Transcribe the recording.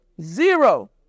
zero